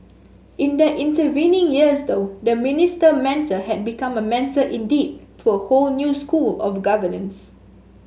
in the intervening years though the Minister Mentor had become a mentor indeed to a whole new school of governance